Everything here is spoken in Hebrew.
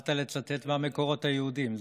התחלת לצטט מהמקורות היהודיים.